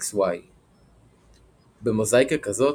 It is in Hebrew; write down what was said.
45XO/46XY. במוזאיקה כזאת,